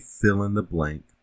fill-in-the-blank